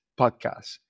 Podcast